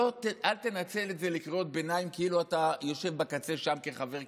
אל תנצל את זה לקריאות ביניים כאילו אתה יושב בקצה האולם כחבר כנסת.